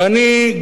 ואני,